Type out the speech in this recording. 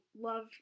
love